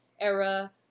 era